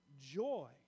joy